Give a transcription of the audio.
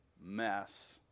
mess